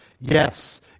Yes